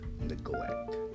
neglect